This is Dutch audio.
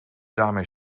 daarmee